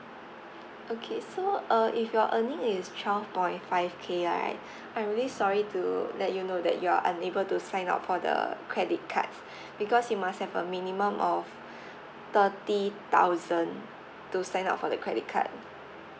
okay so uh if your earning is twelve point five K right I'm really sorry to let you know that you are unable to sign up for the credit cards because you must have a minimum of thirty thousand to sign up for the credit card